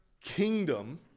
kingdom